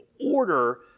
order